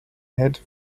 head